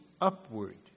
upward